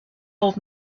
old